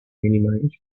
minimized